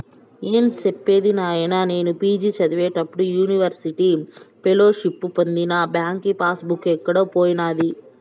ఏం సెప్పేది నాయినా, నేను పి.జి చదివేప్పుడు యూనివర్సిటీ ఫెలోషిప్పు పొందిన బాంకీ పాస్ బుక్ ఎక్కడో పోయినాది